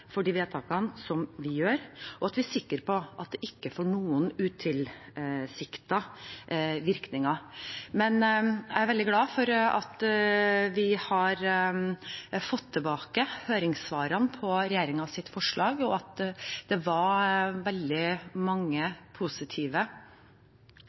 for de vedtakene vi gjør, og at vi er sikre på at de ikke får noen utilsiktede virkninger. Jeg er veldig glad for at vi har fått tilbake høringssvarene på regjeringens forslag, og at det var veldig mange